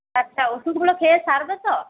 আচ্ছা ওষুধগুলো খেয়ে সারবে তো